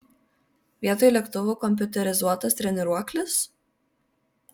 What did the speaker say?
vietoj lėktuvų kompiuterizuotas treniruoklis